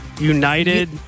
United